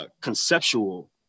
conceptual